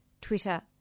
Twitter